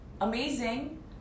amazing